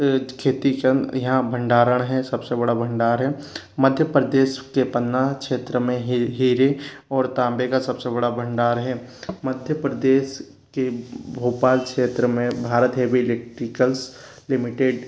खेती कन यहाँ भंडारण है सबसे बड़ा भंडार है मध्य प्रदेश के पन्ना क्षेत्र में ही हीरे और तांबे का सबसे बड़ा भंडार है मध्य प्रदेश के भोपाल क्षेत्र में भारत हेवी इलेक्ट्रिकल्स लिमिटेड